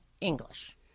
English